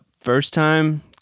first-time